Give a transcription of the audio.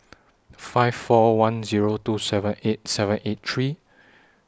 five four one Zero two seven eight seven eight three